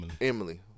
Emily